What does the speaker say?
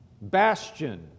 bastion